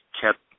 kept